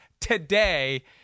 today